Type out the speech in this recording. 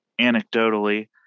Anecdotally